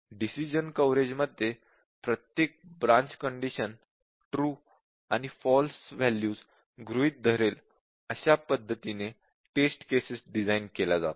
decision coverage मध्ये प्रत्येक branch condition true आणि फॉल्स वॅल्यूज गृहीत धरेल अशा पद्धतीने टेस्ट केसेस डिझाईन केल्या जातात